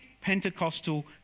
Pentecostal